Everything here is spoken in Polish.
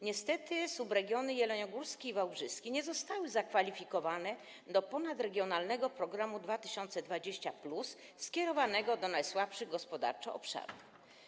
Niestety subregiony jeleniogórski i wałbrzyski nie zostały zakwalifikowane do ponadregionalnego programu 2020+ skierowanego do najsłabszych gospodarczo obszarów.